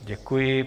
Děkuji.